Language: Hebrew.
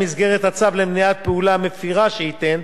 במסגרת הצו למניעת פעולה מפירה שייתן,